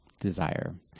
desire